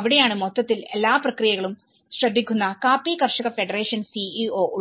അവിടെയാണ് മൊത്തത്തിൽ എല്ലാ പ്രക്രിയകളും ശ്രദ്ധിക്കുന്ന കാപ്പി കർഷക ഫെഡറേഷൻ CEO ഉള്ളത്